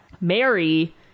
mary